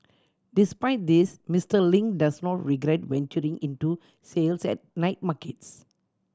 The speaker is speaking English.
despite this Mister Ling does not regret venturing into sales at night markets